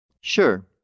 Sure